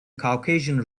caucasian